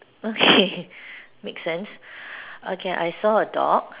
okay make sense okay I saw a dog